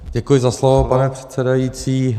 Děkuji za slovo, pane předsedající.